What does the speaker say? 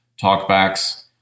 talkbacks